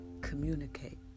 communicate